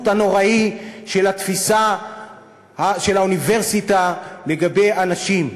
הנוראי של התפיסה של האוניברסיטה לגבי אנשים.